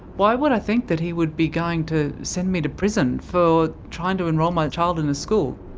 why would i think that he would be going to send me to prison for trying to enroll my child in a school?